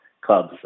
clubs